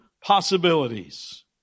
possibilities